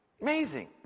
Amazing